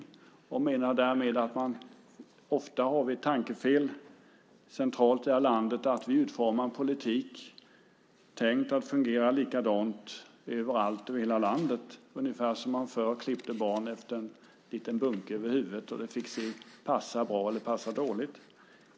Med det menade han att vi ofta gör ett tankefel centralt i det här landet genom att vi utformar en politik tänkt att fungera likadant överallt i landet, ungefär som när man förr klippte barn efter en liten bunke över huvudet som sedan fick passa bra eller dåligt.